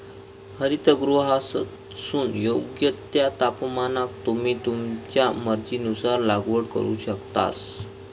हरितगृहातसून योग्य त्या तापमानाक तुम्ही तुमच्या मर्जीनुसार लागवड करू शकतास